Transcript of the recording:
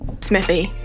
Smithy